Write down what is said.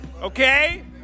okay